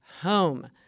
home